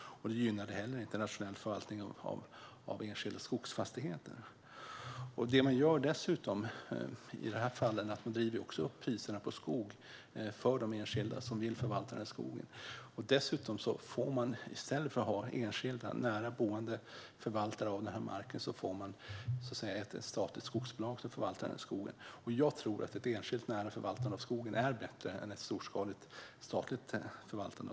De gynnar inte heller en rationell förvaltning av enskilda skogsfastigheter. Det man dessutom gör i dessa fall är att man driver upp priserna på skog för de enskilda som vill förvalta skogen. I stället för enskilda nära boende förvaltare av marken får man ett statligt skogsbolag som förvaltar skogen. Jag tror att ett enskilt nära förvaltande av skogen är bättre än ett storskaligt statligt förvaltande.